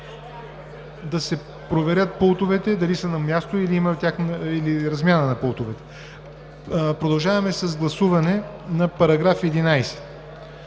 Да се проверят пултовете дали са на място или има размяна на пултовете. Продължаваме с гласуване на § 11.